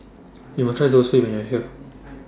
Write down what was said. YOU must Try Zosui when YOU Are here